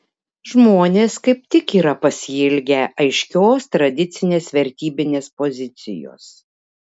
žmonės kaip tik yra pasiilgę aiškios tradicinės vertybinės pozicijos